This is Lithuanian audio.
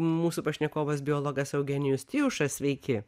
mūsų pašnekovas biologas eugenijus tijušas sveiki